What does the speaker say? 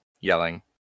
yelling